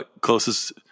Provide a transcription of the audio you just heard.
closest